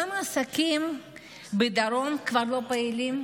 כמה עסקים בדרום כבר לא פעילים?